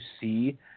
see